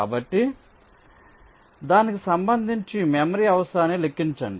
కాబట్టి దానికి సంబంధించి మెమరీ అవసరాన్ని లెక్కించండి